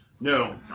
No